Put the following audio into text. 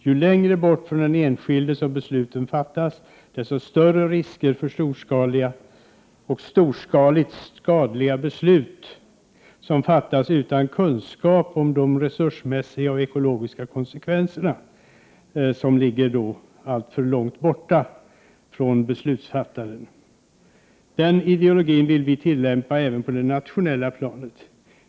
Ju längre bort från den enskilde som besluten fattas, desto större risker för att det fattas skadliga beslut utan att man har någon kunskap om de resursmässiga och ekologiska konsekvenserna, vilka ligger alltför långt bort från beslutsfattaren. Denna ideologi vill vi tillämpa även på det nationella planet.